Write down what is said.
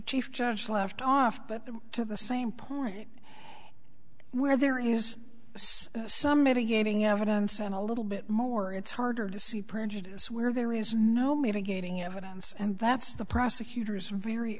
chief just left off but to the same point where there is some mitigating evidence and a little bit more it's harder to see prejudice where there is no mitigating evidence and that's the prosecutor's ver